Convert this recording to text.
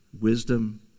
wisdom